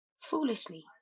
Foolishly